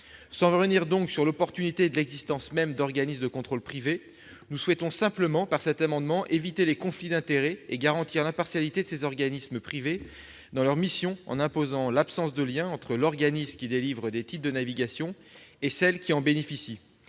Sans revenir sur l'opportunité de l'existence même d'organismes de contrôle privés, nous souhaitons simplement, par cet amendement, éviter les conflits d'intérêts et garantir l'impartialité de ces organismes privés dans leur mission, en imposant l'absence de lien entre l'organisme qui délivre des titres de navigation et les entreprises qui en bénéficient.